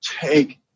take